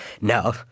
no